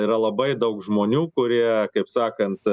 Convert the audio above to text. yra labai daug žmonių kurie kaip sakant